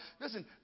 listen